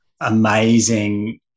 amazing